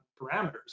parameters